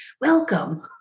Welcome